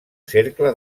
cercle